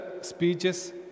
speeches